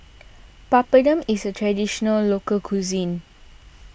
Papadum is a Traditional Local Cuisine